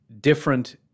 different